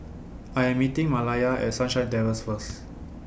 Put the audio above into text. I Am meeting Malaya At Sunshine Terrace First